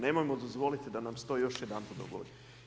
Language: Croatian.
Nemojmo dozvoliti da nam se to još jedanput dogodi.